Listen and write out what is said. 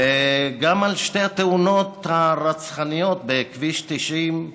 וגם על שתי התאונות הרצחניות בכביש 90,